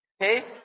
Okay